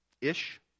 ish